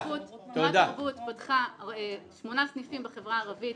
תנועת תרבות פתחה שמונה סניפים בחברה הערבית